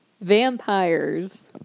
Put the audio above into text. Vampires